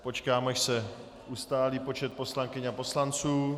Počkám, až se ustálí počet poslankyň a poslanců.